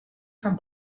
from